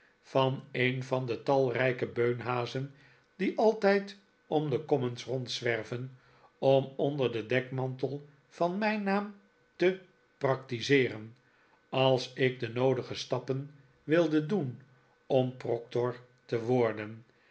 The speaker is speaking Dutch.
van een van de talrijke beunhazen die altijd om de commons rondzwerven om onder den dekmantel van mijn naam te praktizeeren als ik de noodige stappen wilde doen om proctor te worden